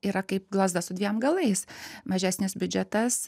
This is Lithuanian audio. yra kaip lazda su dviem galais mažesnis biudžetas